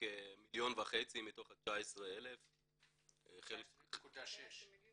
שנוצלו כ-1.5 מתוך ה-19.6 מיליון.